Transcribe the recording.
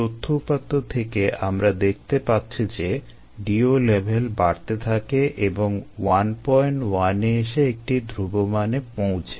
এই তথ্য উপাত্ত থেকে আমরা দেখতে পাচ্ছি যে DO লেভেল বাড়তে থাকে এবং 11 এ এসে একটি ধ্রুব মানে পৌঁছে